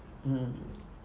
mm